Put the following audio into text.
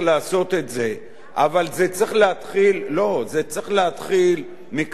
אבל זה צריך להתחיל מכך שכל אחד מאתנו,